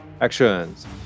Actions